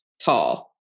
tall